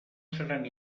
seran